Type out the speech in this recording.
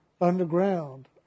underground